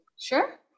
Sure